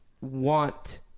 want